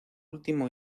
último